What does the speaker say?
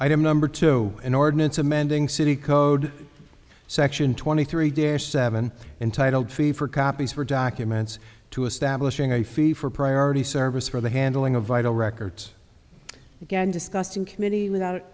item number two an ordinance amending city code section twenty three dare seven entitled fee for copies for documents to establishing a fee for priority service for the handling of vital records again discussed in committee without